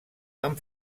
amb